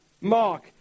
Mark